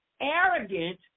arrogant